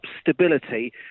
stability